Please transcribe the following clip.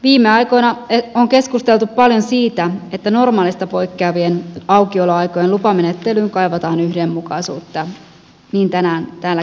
viime aikoina on keskusteltu paljon siitä että normaalista poikkeavien aukioloaikojen lupamenettelyyn kaivataan yhdenmukaisuutta niin tänään täälläkin salissa